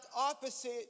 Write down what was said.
opposite